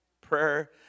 Prayer